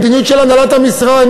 המדיניות של הנהלת המשרד,